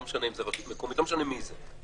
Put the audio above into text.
לא משנה אם זו רשות מקומית או מישהו אחר,